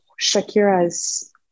Shakira's